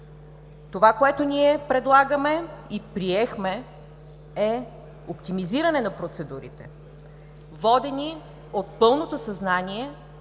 Това, което ние предлагаме и приехме, е оптимизиране на процедурите, водени от пълното съзнание